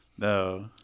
No